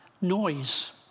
Noise